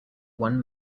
one